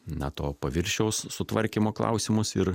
na to paviršiaus sutvarkymo klausimus ir